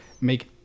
make